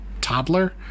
toddler